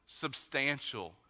substantial